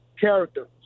character